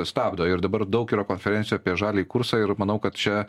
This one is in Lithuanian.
stabdo ir dabar daug yra konferencijų apie žaliąjį kursą ir manau kad čia